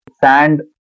sand